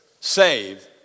save